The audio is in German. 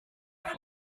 auf